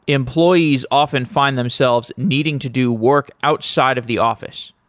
employees often find themselves needing to do work outside of the office.